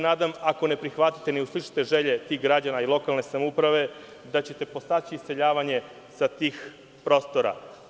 Nadam se, ako ne prihvatite i ne uslišite želje tih građana i lokalne samouprave, da ćete podstaći iseljavanje sa tih prostora.